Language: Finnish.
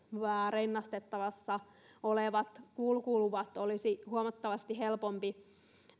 rinnastettavissa olevat kulkuluvat olisi huomattavasti helpompi